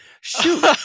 Shoot